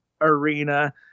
arena